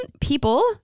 people